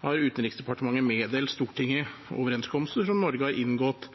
har Utenriksdepartementet meddelt Stortinget overenskomster som Norge har inngått